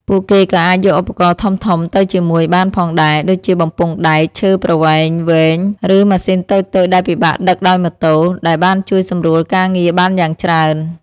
ពួកគេក៏អាចយកឧបករណ៍ធំៗទៅជាមួយបានផងដែរ ដូចជាបំពង់ដែក ឈើប្រវែងវែង ឬម៉ាស៊ីនតូចៗដែលពិបាកដឹកដោយម៉ូតូ ដែលបានជួយសម្រួលការងារបានយ៉ាងច្រើន។